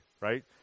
right